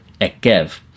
Ekev